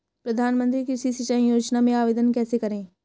प्रधानमंत्री कृषि सिंचाई योजना में आवेदन कैसे करें?